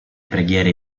preghiere